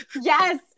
Yes